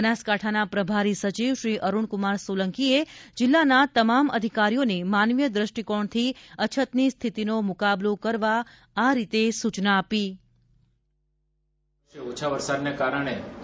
બનાસકાંઠાના પ્રભારી સચિવ શ્રી અરૂણકુમાર સોલંકીએ જિલ્લાના તમામ અધિકારીઓને માનવીય દ્રષ્ટિકોણથી અછતની સ્થિતિનો મુકાબલો કરવા આ રીતે સૂચના આપી